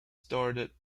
started